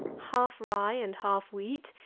half rye and half wheat,